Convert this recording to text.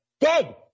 Dead